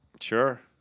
Sure